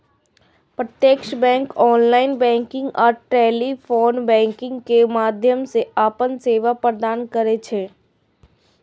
प्रत्यक्ष bank online banking आ telephone banking के माध्यम सं अपन सेवा प्रदान करै छै